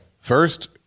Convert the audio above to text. First